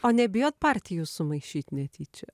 o nebijot partijų sumaišyt netyčia